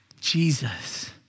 Jesus